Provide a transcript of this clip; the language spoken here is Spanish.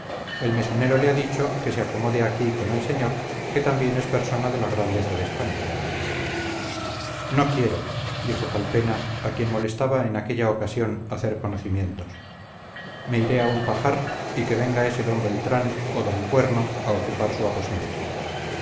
el mesonero le ha dicho que se acomode aquí con el señor que también es persona de la grandeza de españa no quiero dijo calpena a quien molestaba en aquella ocasión hacer conocimientos me iré a un pajar y que venga ese d beltrán o d cuerno a ocupar su aposento